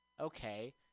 Okay